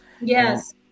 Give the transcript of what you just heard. Yes